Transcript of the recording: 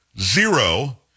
zero